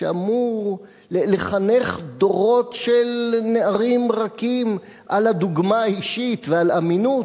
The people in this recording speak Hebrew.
שאמור לחנך דורות של נערים רכים על הדוגמה האישית ועל אמינות,